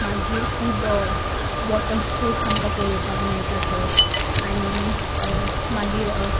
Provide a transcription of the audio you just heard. मागीर खूब water sports आमकां पोळोपाक मेयटा थंय आनी मागीर